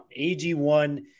AG1